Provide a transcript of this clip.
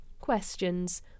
Questions